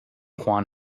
juan